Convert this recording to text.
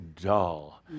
dull